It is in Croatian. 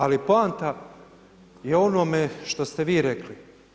Ali poanta je u onome što ste vi rekli.